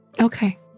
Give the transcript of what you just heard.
Okay